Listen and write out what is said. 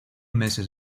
meses